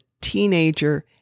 teenager